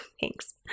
Thanks